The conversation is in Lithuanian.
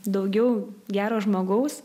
daugiau gero žmogaus